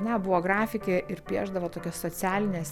na buvo grafikė ir piešdavo tokias socialines